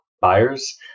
buyers